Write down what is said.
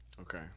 Okay